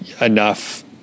enough